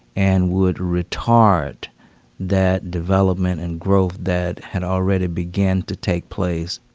and would retard that development and growth that had already began to take place.